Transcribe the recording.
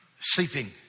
sleeping